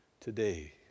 today